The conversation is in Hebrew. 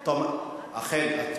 אכן.